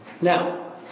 Now